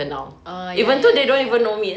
ah ya ya ya ya